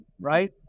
right